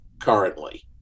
currently